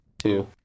Two